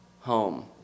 home